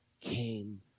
came